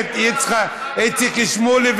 הכנסת איציק שמולי,